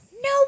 No